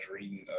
reading